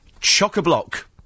chock-a-block